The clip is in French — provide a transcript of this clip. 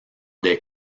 des